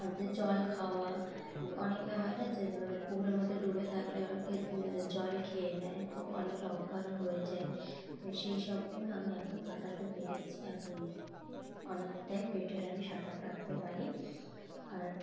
যে জল খাওয়া অনেকে হয় না যে পুকুরের মধ্যে ডুবে থাকলে অনেকে জল খেয়ে নেয় তো অনেকে অজ্ঞানও হয়ে যায় তো সেই সবগুলো আমি এখন কাটাতে পেরেছি এখন অনেকটাই বেটার আমি সাঁতার কাটতে পারি আর